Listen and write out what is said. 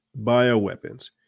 bioweapons